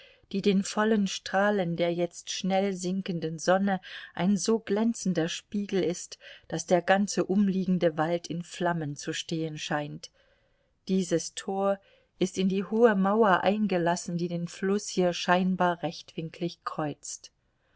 die den vollen strahlen der jetzt schnell sinkenden sonne ein so glänzender spiegel ist daß der ganze umliegende wald in flammen zu stehen scheint dieses tor ist in die hohe mauer eingelassen die den fluß hier scheinbar rechtwinklig kreuzt